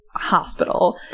hospital